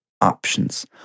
options